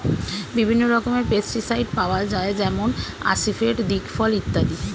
বিভিন্ন রকমের পেস্টিসাইড পাওয়া যায় যেমন আসিফেট, দিকফল ইত্যাদি